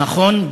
נכון,